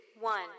one